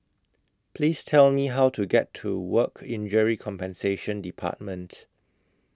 Please Tell Me How to get to Work Injury Compensation department